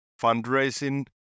fundraising